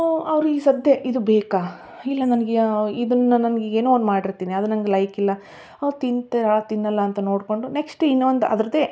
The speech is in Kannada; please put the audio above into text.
ಅವರು ಈಗ ಸದ್ಯ ಇದು ಬೇಕಾ ಇಲ್ಲ ನನ್ಗೆ ಇದನ್ನು ನನ್ಗೆ ಈಗ ಏನೋ ಒಂದು ಮಾಡಿರ್ತೀನಿ ಅದು ನನ್ಗೆ ಲೈಕಿಲ್ಲ ಅವ್ರು ತಿಂತಾರೆ ತಿನ್ನೋಲ್ಲ ಅಂತ ನೋಡಿಕೊಂಡು ನೆಕ್ಸ್ಟ್ ಇನ್ನೊಂದು ಅದ್ರದ್ದೇ